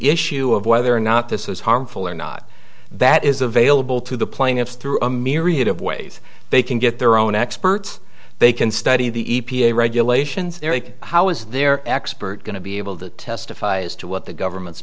issue of whether or not this is harmful or not that is available to the plaintiffs through a myriad of ways they can get their own experts they can study the e p a regulations how is their expert going to be able to testify as to what the government's